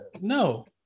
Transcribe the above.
no